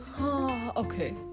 Okay